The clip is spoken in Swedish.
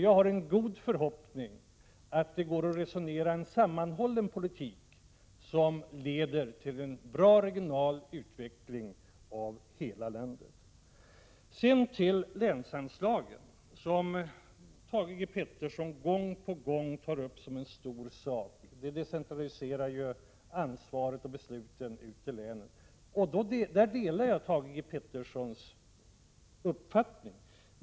Jag har en god förhoppning att det går att resonera om en sammanhållen politik som leder till en bra regional utveckling i hela landet. Thage G Peterson tar gång på gång upp länsanslagen som en stor sak. Länsanslagen innebär en decentralisering av ansvaret och besluten ut till länen. På den punkten delar jag Thage G Petersons uppfattning.